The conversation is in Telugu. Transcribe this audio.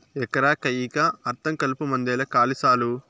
ఎకరా కయ్యికా అర్థం కలుపుమందేలే కాలి సాలు